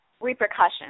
repercussions